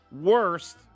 worst